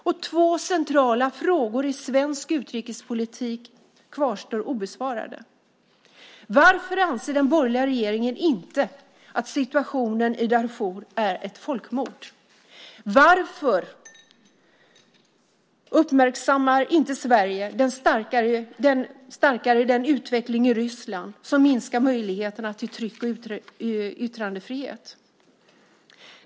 Och två centrala frågor i svensk utrikespolitik kvarstår obesvarade: Varför anser inte den borgerliga regeringen att situationen i Darfur är ett folkmord? Varför uppmärksammar inte Sverige starkare den utveckling i Ryssland som minskar möjligheterna till tryck och yttrandefrihet.